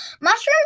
Mushrooms